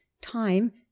time